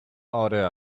order